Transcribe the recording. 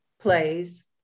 plays